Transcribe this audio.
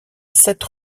sept